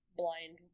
blind